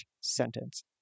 sentence